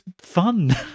fun